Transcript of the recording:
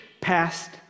past